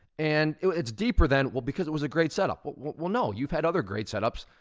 and it's deeper than well, because it was a great setup. well well no, you've had other great setups,